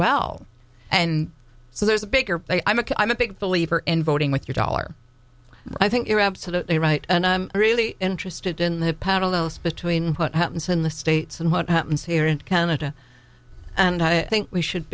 well and so there's a bigger play i make i'm a big believer in voting with your dollar i think you're absolutely right and i'm really interested in the parallels between put happens in the states and what happens here in canada and i think we should